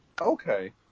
Okay